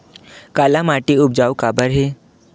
काला माटी उपजाऊ काबर हे?